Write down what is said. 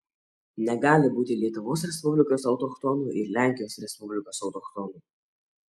negali būti lietuvos respublikos autochtonų ir lenkijos respublikos autochtonų